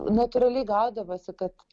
natūraliai gaudavosi kad